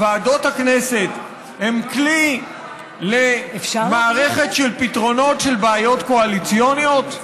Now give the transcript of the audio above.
וועדות הכנסת הן כלי למערכת של פתרונות של בעיות קואליציוניות?